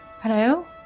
Hello